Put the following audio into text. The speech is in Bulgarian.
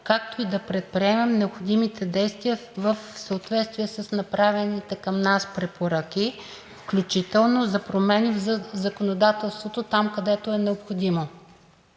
както и да предприемем необходимите действия в съответствие с направените към нас препоръки, включително за промени в законодателството там, където е необходимо.